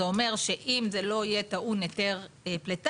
זה אומר שאם זה לא יהיה טעון היתר פליטה,